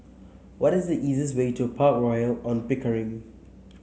what is the easiest way to Park Royal On Pickering